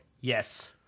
Yes